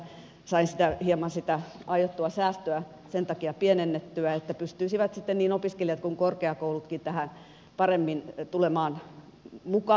sain hieman sitä aiottua säästöä sen takia pienennettyä että pystyisivät sitten niin opiskelijat kuin korkeakoulutkin tähän paremmin tulemaan mukaan